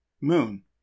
moon